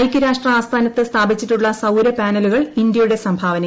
ഐക്യരാഷ്ട്ര ആസ്ഥാനത്ത് സ്ഥാപിച്ചിട്ടുള്ള സൌര പാനലുകൾ ഇന്ത്യയുടെ സംഭാവനയാണ്